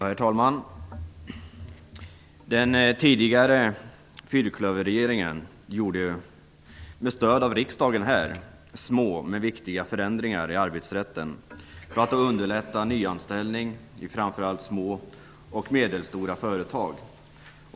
Herr talman! Den tidigare fyrklöverregeringen gjorde med stöd av riksdagen små men viktiga förändringar i arbetsrätten för att underlätta nyanställning i framför allt små och medelstora företag.